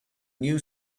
new